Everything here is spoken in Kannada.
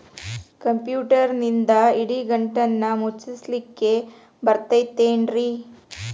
ಕಂಪ್ಯೂಟರ್ನಿಂದ್ ಇಡಿಗಂಟನ್ನ ಮುಚ್ಚಸ್ಲಿಕ್ಕೆ ಬರತೈತೇನ್ರೇ?